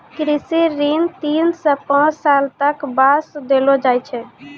कृषि ऋण तीन सॅ पांच साल तक वास्तॅ देलो जाय छै